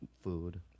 food